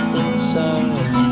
inside